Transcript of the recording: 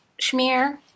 schmear